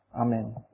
Amen